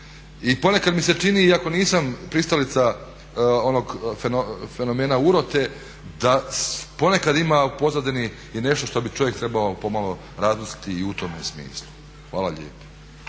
I ponekad mi se čini iako nisam pristalica onog fenomena urote da ponekad ima u pozadini i nešto što bi čovjek trebao pomalo razmisliti i u tome smislu. Hvala lijepo.